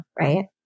right